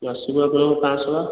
ମାସକୁ ଆପଣ ପାଞ୍ଚ ଶହ